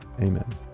amen